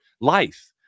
life